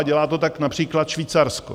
Dělá to tak například Švýcarsko.